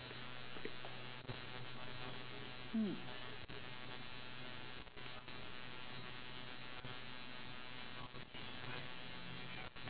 mm